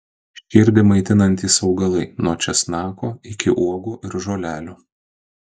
širdį maitinantys augalai nuo česnako iki uogų ir žolelių